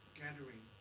gathering